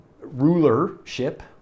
rulership